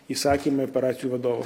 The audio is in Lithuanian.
įsakyme operacijų vadovo